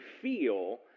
feel